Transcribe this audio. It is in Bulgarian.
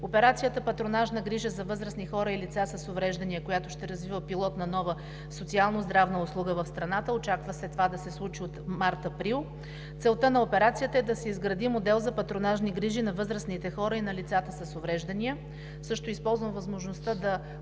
операцията „Патронажна грижа за възрастни хора и лица с увреждания“, която ще развива пилотна нова социално-здравна услуга в страната – очаква се това да се случи от март-април, е да се изгради модел за патронажни грижи на възрастните хора и на лицата с увреждания. Използвам възможността да